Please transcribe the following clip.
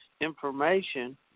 information